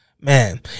Man